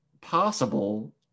possible